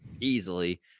easily